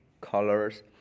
colors